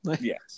Yes